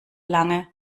lange